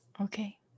Okay